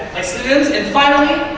synonyms. and finally,